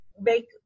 make